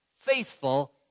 faithful